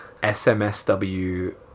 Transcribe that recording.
SMSW